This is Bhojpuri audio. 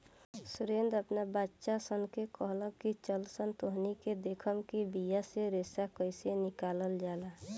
सुरेंद्र आपन बच्चा सन से कहलख की चलऽसन तोहनी के देखाएम कि बिया से रेशा कइसे निकलाल जाला